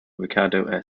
ricardo